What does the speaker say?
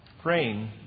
praying